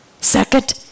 Second